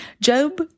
Job